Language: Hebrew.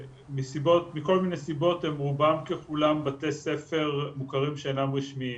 מכל מיני סיבות הם רובם ככולם בתי ספר מוכרים שאינם רשמיים.